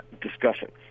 Discussion